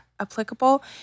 applicable